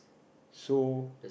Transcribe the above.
so